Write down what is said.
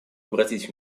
обратить